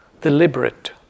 deliberate